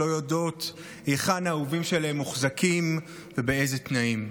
לא יודעות היכן האהובים שלהן מוחזקים ובאיזה תנאים.